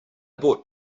bought